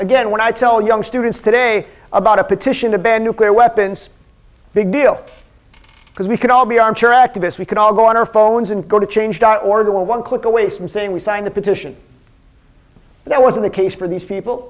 again when i tell young students today about a petition to ban nuclear weapons big deal because we could all be armchair activists we could all go on our phones and go to change dot org or one click away from saying we signed a petition that wasn't the case for these people